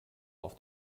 auf